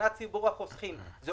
מבחינת ציבור החוסכים יש